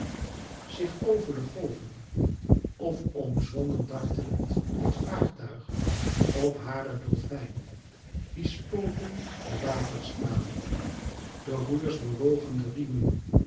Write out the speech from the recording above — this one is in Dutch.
zich over de golven of omzwommen dartelend het vaartuig op hare dolfijnen die spoten de waterstralen zee en